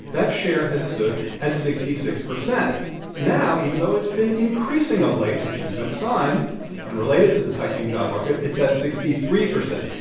that share has stood at sixty six point now, even though it's been increasing of late which is a good sign and related to the tightening job market it's at sixty three percent.